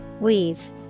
Weave